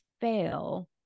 fail